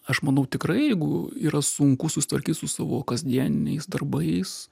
aš manau tikrai jeigu yra sunku susitvarkyt su savo kasdieniniais darbais